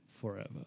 forever